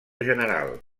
general